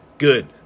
Good